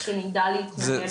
שנדע להתמודד.